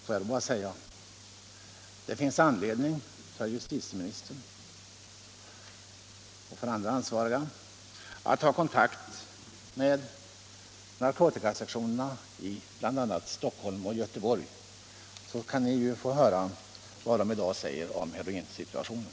Får jag då bara säga att det finns anledning för justitieministern och andra ansvariga att ta kontakt med narkotikasektionerna i bl.a. Stockholm och Göteborg, så att ni kan få höra vad de i dag säger om heroinsituationen.